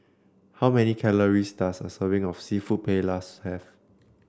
how many calories does a serving of seafood Paellas have